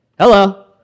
hello